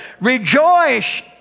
Rejoice